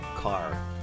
car